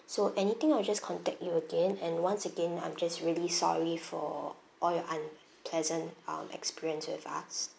so anything I'll just contact you again and once again I'm just really sorry for all your unpleasant um experience with us